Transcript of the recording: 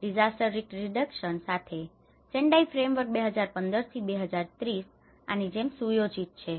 disaster risk reduction માટે Sendai framework 2015 થી 2030 આની જેમ સુયોજિત છે